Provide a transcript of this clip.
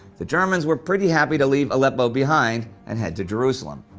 the germans were pretty happy to leave aleppo behind and head to jerusalem.